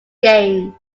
games